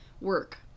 work